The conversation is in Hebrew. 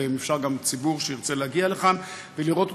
ואם אפשר גם את הציבור שירצה להגיע לכאן ולראות אותה,